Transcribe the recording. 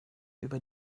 über